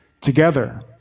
Together